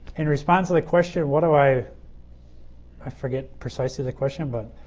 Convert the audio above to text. in response to the question, what do i i forget precisely the question but